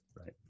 right